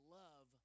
love